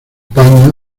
paño